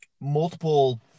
multiple